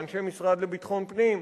לאנשי המשרד לביטחון הפנים.